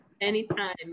anytime